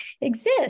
exist